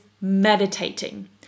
meditating